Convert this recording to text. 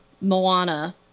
Moana